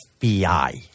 FBI